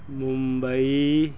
Mumbai